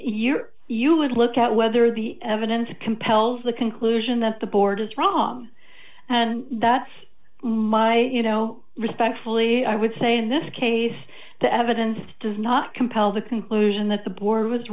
your you would look at whether the evidence compels the conclusion that the board is wrong and that's my you know respectfully i would say in this case the evidence does not compel the conclusion that the board was